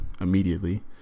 immediately